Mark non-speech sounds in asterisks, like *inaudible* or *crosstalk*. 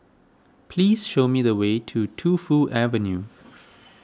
please show me the way to Tu Fu Avenue *noise*